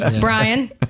Brian